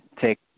take